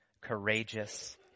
courageous